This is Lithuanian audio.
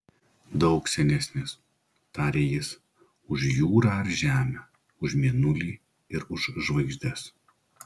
daug senesnis tarė jis už jūrą ar žemę už mėnulį ir už žvaigždes